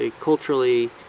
culturally